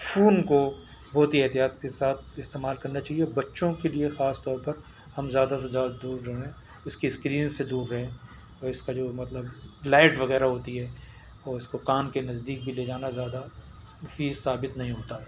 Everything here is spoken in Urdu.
فون کو بہت ہی احتیاط کے استعمال کرنا چاہیے بچوں کے لیے خاص طور پر ہم زیادہ سے زیادہ دور رہیں اس کی اسکرین سے دور رہیں اور اس کا جو مطلب لائٹ وغیرہ ہوتی ہے اور اس کو کان کے نزدیک بھی لے جانا زیادہ مفید ثابت نہیں ہوتا